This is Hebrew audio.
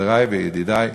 חברי וידידי,